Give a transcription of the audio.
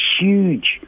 huge